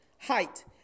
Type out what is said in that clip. height